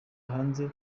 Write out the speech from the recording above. hanze